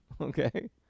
okay